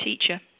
Teacher